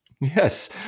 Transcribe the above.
Yes